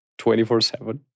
24-7